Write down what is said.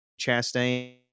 Chastain